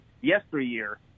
yesteryear